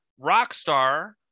Rockstar